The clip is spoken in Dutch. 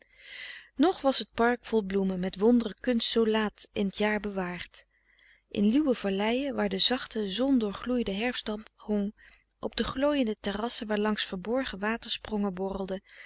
nog was het park vol bloemen met wondere kunst zoo laat in t jaar bewaard in luwe valleien waar de zachte zondoorgloeide herfstdamp hong op de glooiende terrassen waarlangs verborgen watersprongen borrelden